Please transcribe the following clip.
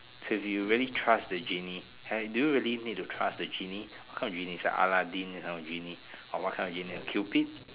so if you really trust the genie hey do you really need to trust the genie what kind of genie is it Aladdin that kind of genie or what kind of genie cupid